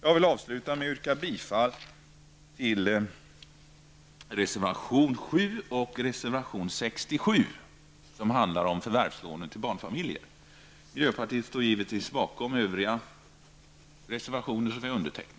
Jag avslutar med att yrka bifall till reservationerna 7 och 67 som handlar om förvärvslån till barnfamiljer. Miljöpartiet står givetvis bakom samtliga reservationer som vi har undertecknat.